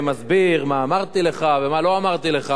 מה אמרתי לך ומה לא אמרתי לך,